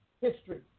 history